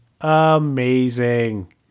Amazing